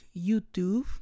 YouTube